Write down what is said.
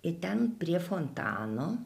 ir ten prie fontano